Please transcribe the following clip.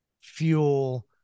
fuel